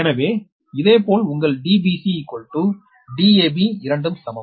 எனவே இதேபோல் உங்கள் dbcdab இரண்டும் சமம்